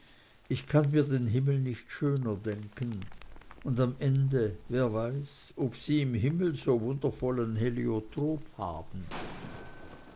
ich kann mir den himmel nicht schöner denken und am ende wer weiß ob sie im himmel so wundervollen heliotrop haben